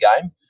game